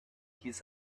his